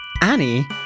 Annie